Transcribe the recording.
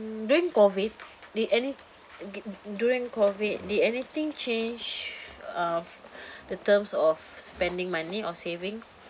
mm during COVID did any during COVID did anything change uh the terms of spending money or saving